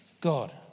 God